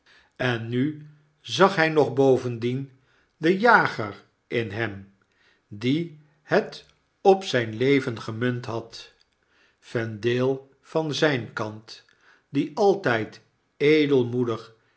en geen uitweg nu zag hy nog bovendien den jager in hem die het op zfln leven gemunt had vendale van zijn kant die altijd